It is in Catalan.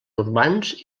urbans